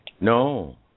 No